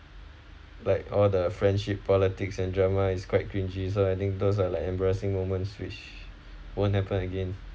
like all the friendship politics and drama is quite cringey so I think those are like embarrassing moments which won't happen again